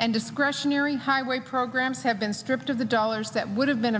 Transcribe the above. an discretionary highway programs have been stripped of the dollars that would have been